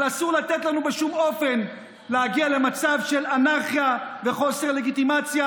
אבל אסור לתת לנו בשום אופן להגיע למצב של אנרכיה וחוסר לגיטימציה,